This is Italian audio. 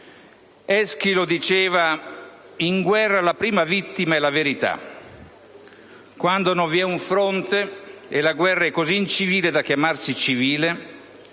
Eschilo diceva: «In guerra la prima vittima è la verità». Quando non vi è un fronte e la guerra è così incivile da chiamarsi civile;